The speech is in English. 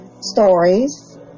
Stories